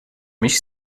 mich